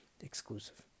exclusive